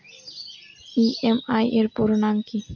EMI এর পুরোনাম কী?